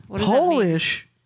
Polish